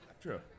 True